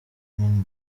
amin